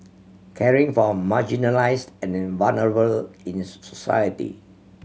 caring for marginalised and vulnerable in society